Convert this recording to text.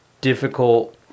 difficult